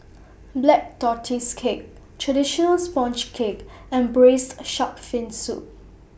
Black Tortoise Cake Traditional Sponge Cake and Braised Shark Fin Soup